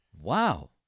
Wow